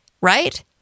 right